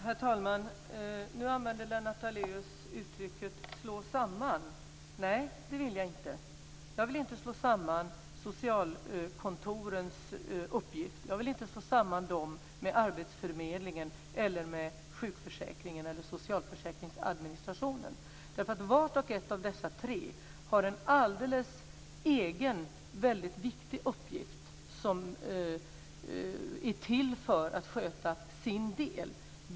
Herr talman! Nu använder Lennart Daléus uttrycket "slå samman". Nej, det vill jag inte göra. Jag vill inte slå samman socialkontoren med arbetsförmedlingen, sjukförsäkringen eller socialförsäkringsadministrationen. Var och en av dessa tre har nämligen en alldeles egen väldigt viktig uppgift, och de är till för att sköta sin del.